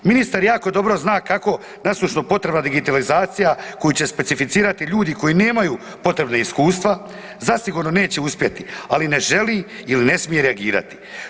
Ministar jako dobro zna kako nasušno potrebna digitalizacija koju će specificirati ljudi koji nemaju potrebna iskustva, zasigurno neće uspjeti, ali ne želi ili ne smije reagirati.